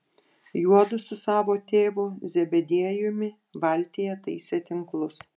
juodu su savo tėvu zebediejumi valtyje taisė tinklus